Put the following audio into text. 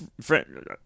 friend